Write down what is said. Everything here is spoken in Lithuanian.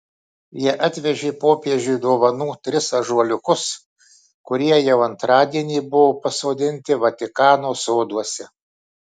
jie atvežė popiežiui dovanų tris ąžuoliukus kurie jau antradienį buvo pasodinti vatikano soduose